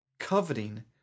Coveting